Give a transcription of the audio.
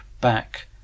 back